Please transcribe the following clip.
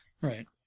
Right